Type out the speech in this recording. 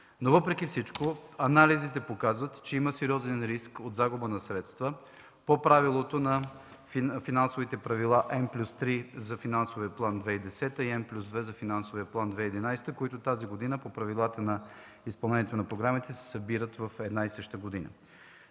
Въпреки всичко, анализите показват, че има сериозен риск от загуба на средства по финансовите правила N+3 за Финансовия план 2010 г. и N+2 за финансовия план 2011 г., които тази година по правилата на изпълнението на програмите се събират в една и съща година.